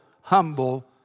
humble